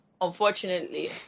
unfortunately